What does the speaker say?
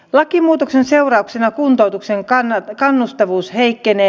lakimuutoksen seurauksena kuntoutuksen kannustavuus heikkenee